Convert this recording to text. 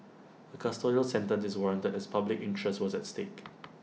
A custodial sentence is warranted as public interest was at stake